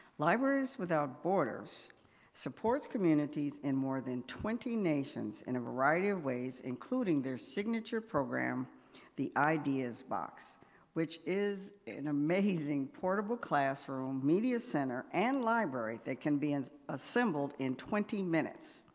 libraries without borders supports communities in more than twenty nations in a variety of ways including their signature program the ideas box which is an amazing portable classroom, media center and library. they can be and assembled in twenty minutes,